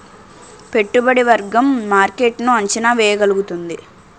పెట్టుబడి వర్గం మార్కెట్ ను అంచనా వేయగలుగుతుంది